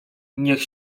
niech